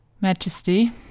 Majesty